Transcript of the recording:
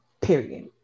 period